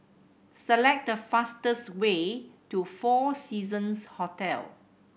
select the fastest way to Four Seasons Hotel